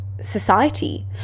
society